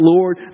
Lord